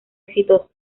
exitoso